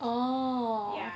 oh